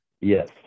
Yes